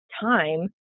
time